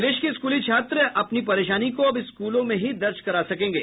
प्रदेश के स्कूली छात्र अपनी परेशानी को अब स्कूलों में ही दर्ज करा सकेंगे